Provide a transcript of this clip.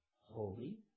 holy